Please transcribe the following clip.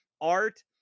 art